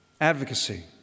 advocacy